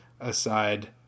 aside